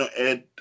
add